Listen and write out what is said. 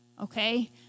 Okay